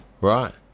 Right